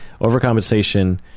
Overcompensation